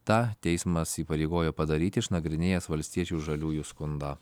tą teismas įpareigojo padaryti išnagrinėjęs valstiečių ir žaliųjų skundą